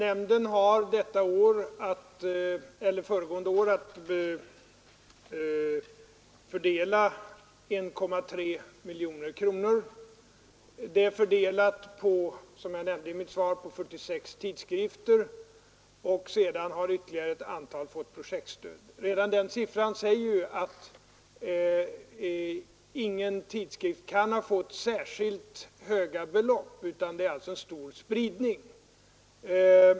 Herr talman! Nämnden hade föregående år att fördela 1,3 miljoner kronor. Dessa medel är, som jag sade i mitt svar, fördelade på 46 tidskrifter. Ytterligare ett antal har fått projektstöd. Redan dessa uppgifter säger att ingen tidskrift kan ha fått särskilt högt bidrag, utan det är fråga om en stor spridning.